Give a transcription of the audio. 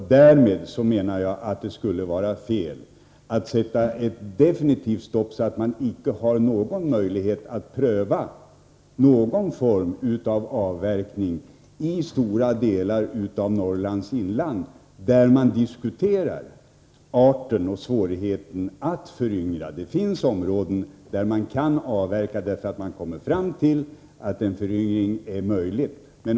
Däremot menar jag att det skulle vara fel att sätta ett definitivt stopp så att man inte har någon möjlighet att pröva någon form av avverkning i stora delar av Norrlands inland, där man diskuterar svårigheten att föryngra. Det finns områden, där man kan avverka, eftersom man har kommit fram till att en föryngring är möjlig.